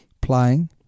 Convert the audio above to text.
playing